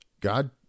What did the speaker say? God